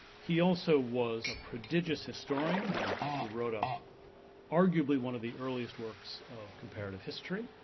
he also was a prodigious historian who who wrote ah arguably one of the earliest works of comparative history.